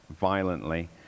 violently